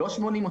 100%,